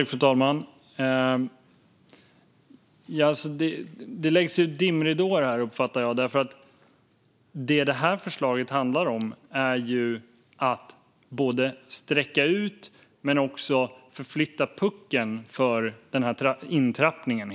Fru talman! Det läggs ut dimridåer här, uppfattar jag, för det detta förslag handlar om är helt enkelt att både sträcka ut och förflytta puckeln för intrappningen.